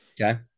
okay